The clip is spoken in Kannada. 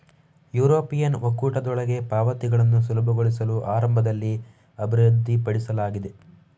ಯುರೋಪಿಯನ್ ಒಕ್ಕೂಟದೊಳಗೆ ಪಾವತಿಗಳನ್ನು ಸುಲಭಗೊಳಿಸಲು ಆರಂಭದಲ್ಲಿ ಅಭಿವೃದ್ಧಿಪಡಿಸಲಾಗಿದೆ